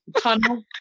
tunnel